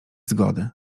zgody